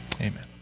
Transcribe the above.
amen